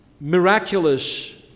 miraculous